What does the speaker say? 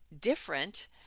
different